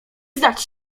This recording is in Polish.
zdać